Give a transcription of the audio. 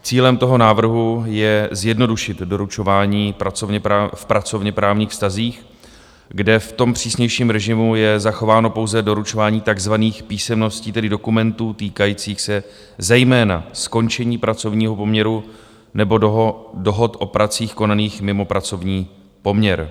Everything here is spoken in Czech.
Cílem toho návrhu je zjednodušit doručování v pracovněprávních vztazích, kde v přísnějším režimu je zachováno pouze doručování takzvaných písemností, tedy dokumentů týkajících se zejména skončení pracovního poměru nebo dohod o pracích konaných mimo pracovní poměr.